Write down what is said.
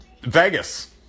Vegas